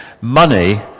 money